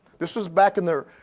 this was back in the,